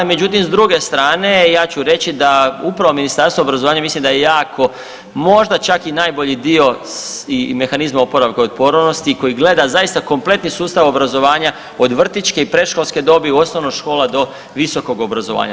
Međutim, s druge strane ja ću reći da upravo Ministarstvo obrazovanja mislim da je jako, možda čak i najbolji dio mehanizma oporavka i otpornosti koji gleda zaista kompletan sustav obrazovanja od vrtiće i predškolske dobi, u osnovna škola do visokog obrazovanja.